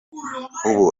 ubu